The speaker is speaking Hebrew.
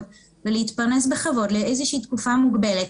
ולהתפרנס בכבוד לאיזושהי תקופה מוגבלת,